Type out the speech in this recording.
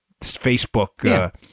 Facebook